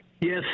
Yes